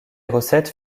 recettes